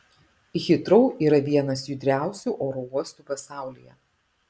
hitrou yra vienas judriausių oro uostų pasaulyje